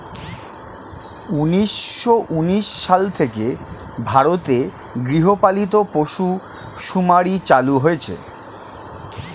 উন্নিশো উনিশ সাল থেকে ভারতে গৃহপালিত পশু শুমারি চালু হয়েছে